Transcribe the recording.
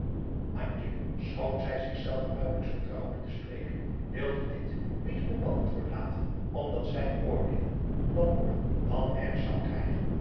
schoon zij zich zelve naauwelijks vertrouwde te spreken wilde dit niet onbeantwoord laten omdat zij oordeelde dat moeder dan erg zou krijgen